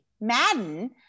Madden